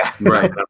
right